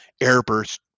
airburst